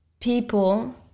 people